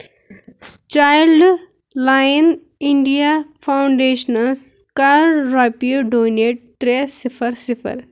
child line India فاوُنٛڈیشنَس کَر رۄپیہِ ڈونیٹ ترٛےٚ صِفَر صِفَر